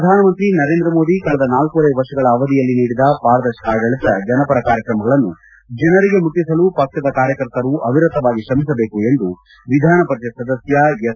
ಪ್ರಧಾನಮಂತ್ರಿ ನರೇಂದ್ರ ಮೋದಿ ಕಳೆದ ನಾಲ್ಕೂವರೆ ವರ್ಷಗಳ ಅವಧಿಯಲ್ಲಿ ನೀಡಿದ ಪಾರದರ್ಶಕ ಆಡಳಿತ ಜನಪರ ಕಾರ್ಯಕ್ರಮಗಳನ್ನು ಜನರಿಗೆ ಮುಟ್ಟಿಸಲು ಪಕ್ಷದ ಕಾರ್ಯಕರ್ತರು ಅವಿರತವಾಗಿ ಶ್ರಮಿಸಬೇಕು ಎಂದು ವಿಧಾನವರಿಷತ್ ಸದಸ್ಕ ಎಸ್